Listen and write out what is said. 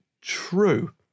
true